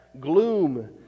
gloom